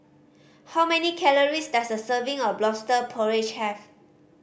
how many calories does a serving of Lobster Porridge have